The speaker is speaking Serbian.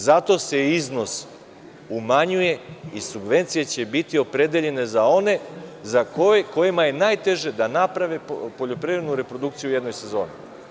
Zato se iznos umanjuje i subvencije će biti opredeljene za one kojima je najteže da naprave poljoprivrednu reprodukciju u jednoj sezoni.